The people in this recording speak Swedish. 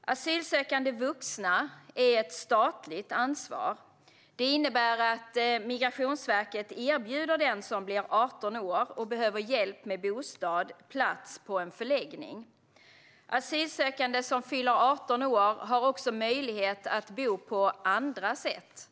Asylsökande vuxna är ett statligt ansvar. Det innebär att Migrationsverket erbjuder den som blir 18 år och behöver hjälp med bostad plats på en förläggning. Asylsökande som fyller 18 år har också möjlighet att bo på andra sätt.